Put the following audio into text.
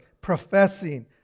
professing